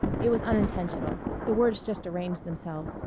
it was unintentional the words just arranged themselves.